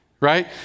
right